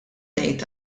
ngħid